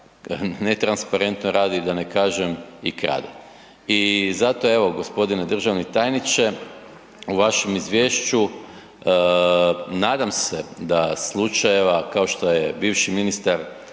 netransparentno radi i da ne kažem i krade i zato evo g. državni tajniče u vašem izvješću nadam se da slučajeva kao što je bivši ministar